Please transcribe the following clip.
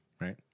right